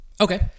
Okay